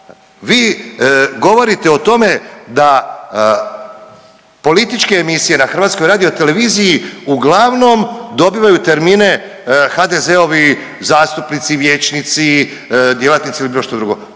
Vi govorite o tome da političke emisije na HRT-u uglavnom dobivaju termine HDZ-ovi zastupnici, vijećnici, djelatnici ili bilo što drugo.